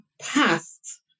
past